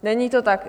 Není to tak.